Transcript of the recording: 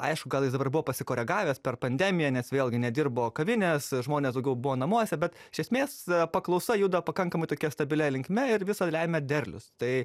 aišku gal jis dabar buvo pasikoregavęs per pandemiją nes vėlgi nedirbo kavinės žmonės daugiau buvo namuose bet iš esmės paklausa juda pakankamai tokia stabiliai linkme ir viską lemia derlius tai